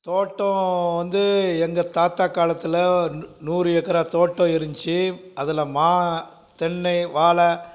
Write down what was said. தோட்டம் வந்து எங்கள் தாத்தா காலத்தில் நூறு ஏக்கரா தோட்டம் இருந்துச்சு அதில் மா தென்னை வாழை